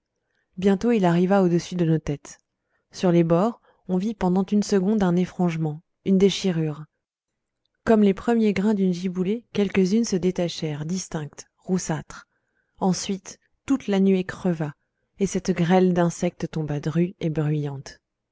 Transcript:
bientôt il arriva au-dessus de nos têtes sur les bords on vit pendant une seconde un effrangement une déchirure comme les premiers grains d'une giboulée quelques-unes se détachèrent distinctes roussâtres ensuite toute la nuée creva et cette grêle d'insectes tomba drue et bruyante